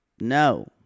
No